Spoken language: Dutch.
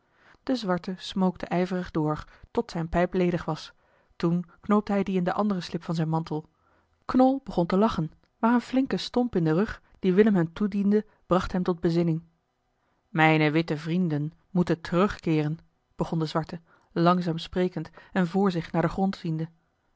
de zwarte smookte ijverig door tot zijne pijp ledig was toen knoopte hij die in de andere slip van zijn mantel knol begon te lachen maar een flinke stomp in den rug die willem hem toediende bracht hem tot bezinning mijne witte vrienden moeten terugkeeren begon de zwarte langzaam sprekend en vr zich naar den grond ziende